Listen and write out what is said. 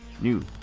new